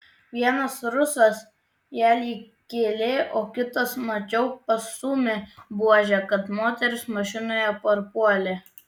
vienas rusas ją lyg kėlė o kitas mačiau pastūmė buože kad moteris mašinoje parpuolė